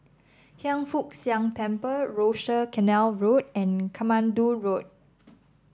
Hiang Foo Siang Temple Rochor Canal Road and Katmandu Road